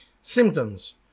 symptoms